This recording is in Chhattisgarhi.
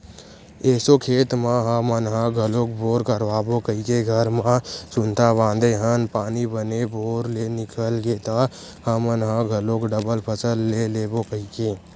एसो खेत म हमन ह घलोक बोर करवाबो कहिके घर म सुनता बांधे हन पानी बने बोर ले निकल गे त हमन ह घलोक डबल फसल ले लेबो कहिके